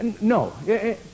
No